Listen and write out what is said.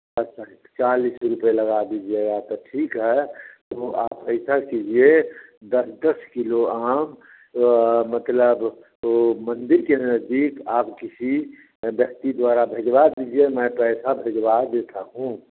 अच्छा चालीस रुपये लगा दीजिए तो ठीक है तो आप ऐसा किजिए दस दस किलो आम मतलब वह मंदीप के आप किसी व्यक्ति द्वारा भिजवा दीजिए मैं पैसा भिजवा देता हूँ